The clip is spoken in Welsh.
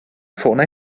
ffonau